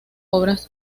obras